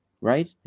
right